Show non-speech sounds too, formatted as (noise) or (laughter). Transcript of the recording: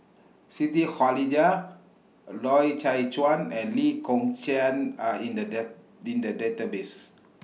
Siti Khalijah Loy Chye Chuan and Lee Kong Chian Are in The (unintelligible) in The Database